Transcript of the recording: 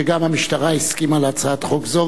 שגם המשטרה הסכימה להצעת חוק זו,